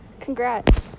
Congrats